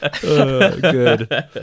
good